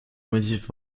motif